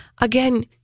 Again